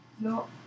No